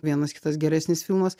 veinas kitas geresnis filmas